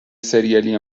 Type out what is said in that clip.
ســریالی